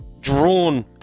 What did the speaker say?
drawn